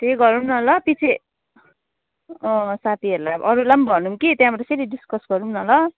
त्यही गरौँ न ल पिच्छे अँ साथीहरूलाई अरूलाई पनि भनौँ कि त्यहाँबाट फेरि डिस्कस गरौँ न ल